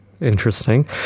Interesting